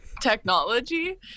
technology